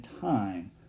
time